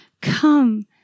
Come